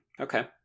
Okay